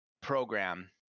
program